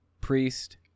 priest